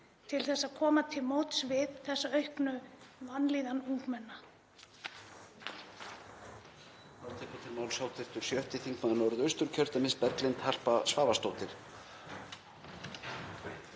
til að koma til móts við þessa auknu vanlíðan ungmenna.